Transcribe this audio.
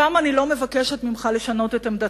הפעם אני לא מבקשת ממך לשנות את עמדתך.